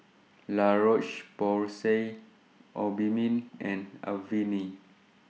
La Roche Porsay Obimin and Avene